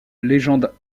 légendes